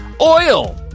Oil